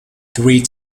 three